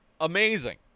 amazing